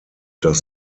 das